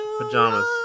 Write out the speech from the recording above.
Pajamas